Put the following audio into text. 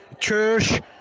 church